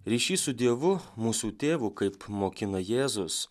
ryšys su dievu mūsų tėvu kaip mokina jėzus